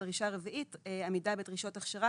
הדרישה הרביעית היא עמידה בדרישות הכשרה